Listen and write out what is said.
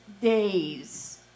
days